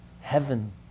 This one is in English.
heaven